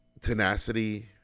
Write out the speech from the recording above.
tenacity